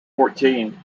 fourteen